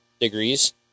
degrees